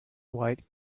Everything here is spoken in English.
white